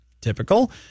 typical